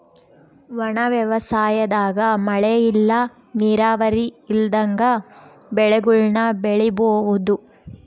ಒಣ ವ್ಯವಸಾಯದಾಗ ಮಳೆ ಇಲ್ಲ ನೀರಾವರಿ ಇಲ್ದಂಗ ಬೆಳೆಗುಳ್ನ ಬೆಳಿಬೋಒದು